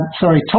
sorry